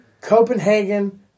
Copenhagen